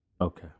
Okay